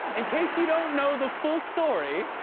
in case you don't know the full story,